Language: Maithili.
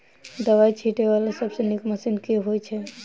दवाई छीटै वला सबसँ नीक मशीन केँ होइ छै?